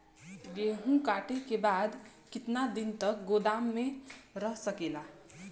गेहूँ कांटे के बाद कितना दिन तक गोदाम में रह सकेला?